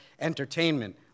entertainment